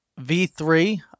V3